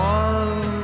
one